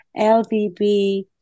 LBB